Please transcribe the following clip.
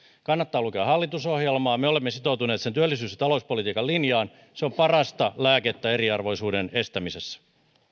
kannattaa lukea hallitusohjelmaa me olemme sitoutuneet sen työllisyys ja talouspolitiikan linjaan se on parasta lääkettä eriarvoisuuden estämisessä